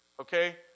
Okay